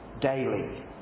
daily